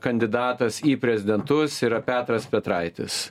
kandidatas į prezidentus yra petras petraitis